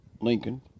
Lincoln